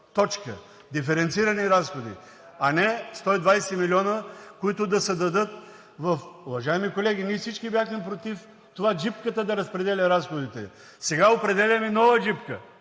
Диференцирани разходи, а не 120 милиона, които да се дадат в... Уважаеми колеги, ние всички бяхме против това джипката да разпределя разходите. Сега определяме нова джипка